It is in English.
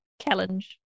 challenge